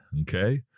Okay